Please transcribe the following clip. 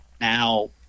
now